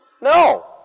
No